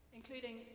including